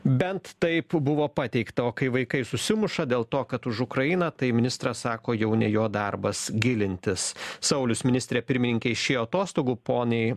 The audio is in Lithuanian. bent taip buvo pateikta o kai vaikai susimuša dėl to kad už ukrainą tai ministras sako jau ne jo darbas gilintis saulius ministrė pirmininkė išėjo atostogų poniai